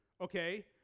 okay